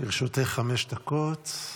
לרשותך חמש דקות.